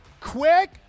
quick